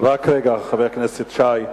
רק רגע, חבר הכנסת שי.